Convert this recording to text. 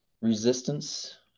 resistance